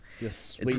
Yes